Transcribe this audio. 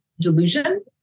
delusion